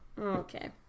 Okay